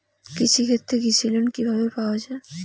কৃষি ক্ষেত্রে কৃষি লোন কিভাবে পাওয়া য়ায়?